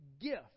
gift